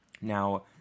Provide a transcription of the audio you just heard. Now